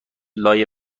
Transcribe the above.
لای